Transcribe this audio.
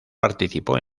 participó